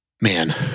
Man